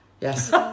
Yes